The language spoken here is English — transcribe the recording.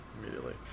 immediately